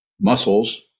muscles